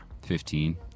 Fifteen